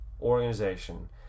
organization